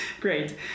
Great